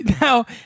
Now